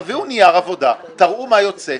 תביאו נייר עבודה, תראו מה יוצא.